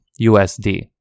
USD